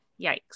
Yikes